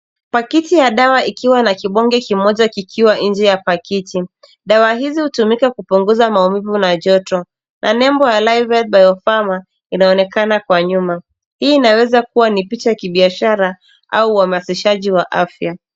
Pakiti ya dawa ikiwa na kibonge kimoja kikiwa nje ya pakiti. Dawa izi hutumika kupunguza maumivu na joto , na nembo ya liveth biophermer inaonekana kwa nyuma. Hii inaweza kuwa ni picha ya kibiashara au uhamasishaji wa afya.